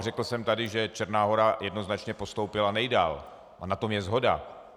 Řekl jsem tady, že Černá Hora jednoznačně postoupila nejdál, a na tom je shoda.